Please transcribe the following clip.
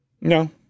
No